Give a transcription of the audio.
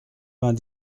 vingt